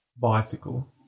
bicycle